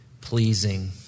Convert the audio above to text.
pleasing